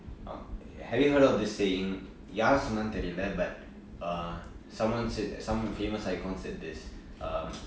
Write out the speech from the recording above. uh have you heard of this saying யாரு சொன்னானு தெரியல:yaaru sonnaanu theriyala but someone said some famous icons in this